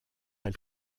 elle